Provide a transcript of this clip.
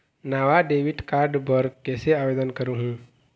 नावा debit card बर कैसे आवेदन करहूं?